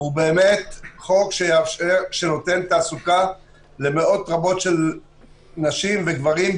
הוא באמת חוק שנותן תעסוקה למאות רבות של נשים וגברים,